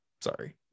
sorry